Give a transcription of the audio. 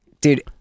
Dude-